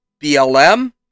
blm